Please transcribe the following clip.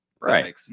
Right